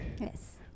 Yes